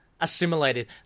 assimilated